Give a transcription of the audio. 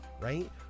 right